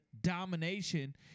domination